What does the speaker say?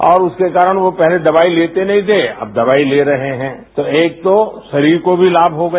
अब उसके कारण पहले वो दवाई लेते नहीं थे अब दवाई ले रहे हैं तो एक तो शरीर को भी लाभ हो गया